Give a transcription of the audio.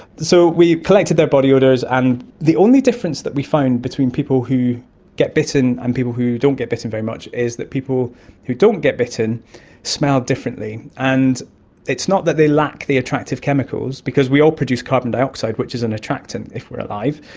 so we collected their body odours, and the only difference that we found between people who get bitten and people who don't get bitten very much is that people who don't get bitten smell differently. and it's not that they lack the attractive chemicals because we all produce carbon dioxide which is an attractant if we are alive.